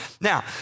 Now